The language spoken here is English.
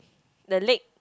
the leg